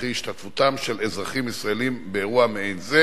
וכי השתתפותם של אזרחים ישראלים באירוע מעין זה